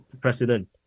president